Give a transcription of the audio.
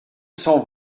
cent